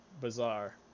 bizarre